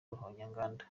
ruhonyanganda